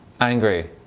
Angry